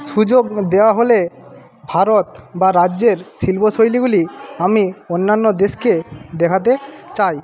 সুযোগ দেওয়া হলে ভারত বা রাজ্যের শিল্প শৈলীগুলি আমি অন্যান্য দেশকে দেখাতে চাই